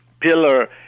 Pillar